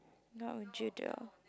what would you do